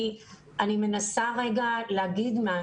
אני מנסה רגע להגיד משהו.